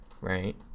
right